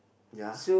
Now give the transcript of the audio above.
ya